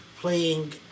playing